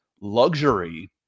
luxury